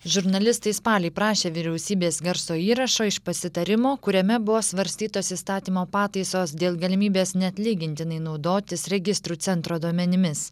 žurnalistai spalį prašė vyriausybės garso įrašo iš pasitarimo kuriame buvo svarstytos įstatymo pataisos dėl galimybės neatlygintinai naudotis registrų centro duomenimis